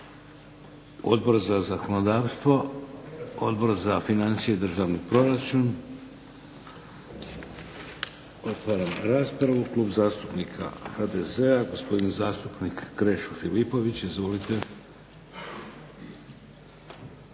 Odbor za zakonodavstvo? Odbor za financije i Državni proračun? Otvaram raspravu. Klub zastupnika HDZ-a gospodin zastupnik Krešo Filipović. Izvolite.